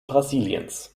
brasiliens